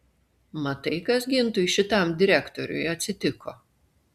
matai kas gintui šitam direktoriui atsitiko